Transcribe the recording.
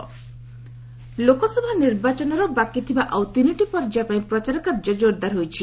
campaigning Lok Sabha ନିର୍ବାଚନର ବାକିଥିବା ଆଉ ତିନିଟି ପର୍ଯ୍ୟାୟ ପାଇଁ ପ୍ରଚାର କାର୍ଯ୍ୟ ଜୋରଦାର ହୋଇଛି